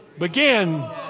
begin